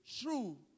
true